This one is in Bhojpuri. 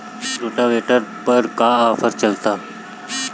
रोटावेटर पर का आफर चलता?